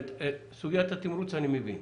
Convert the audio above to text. את סוגיית התמרוץ, אני מבין.